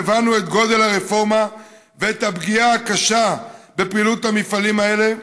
הבנו את גודל הרפורמה ואת הפגיעה הקשה בפעילות המפעלים האלה,